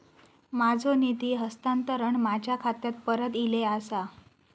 माझो निधी हस्तांतरण माझ्या खात्याक परत इले आसा